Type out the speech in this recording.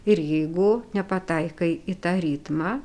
ir jeigu nepataikai į tą ritmą